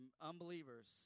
unbelievers